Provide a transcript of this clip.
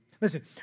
Listen